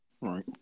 right